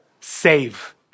save